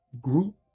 group